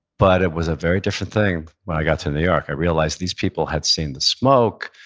but it was a very different thing when i got to new york. i realized these people had seen the smoke,